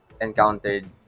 encountered